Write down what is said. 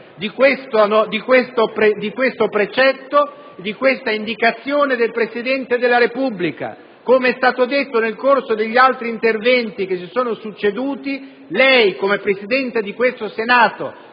di questo precetto, di questa indicazione del Presidente della Repubblica. Come è stato detto nel corso degli altri interventi che si sono succeduti, lei come Presidente di questo Senato,